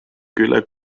üle